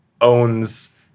owns